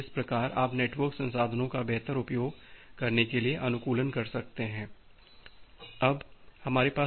इस प्रकार आप नेटवर्क संसाधनों का बेहतर उपयोग करने के लिए अनुकूलन कर सकते हैं